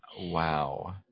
Wow